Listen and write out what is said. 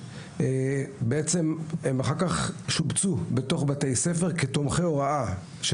הם שובצו בתוך בתי ספר כתומכי הוראה של